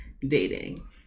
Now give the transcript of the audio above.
dating